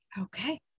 Okay